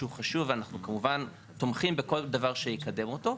שהוא חשוב ואנחנו כמובן תומכים בכל דבר שיקדם אותו,